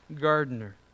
gardener